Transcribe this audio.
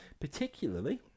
Particularly